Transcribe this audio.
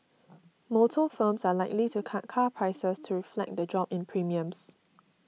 motor firms are likely to cut car prices to reflect the drop in premiums